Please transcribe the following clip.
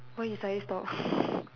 why you suddenly stop